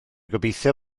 gobeithio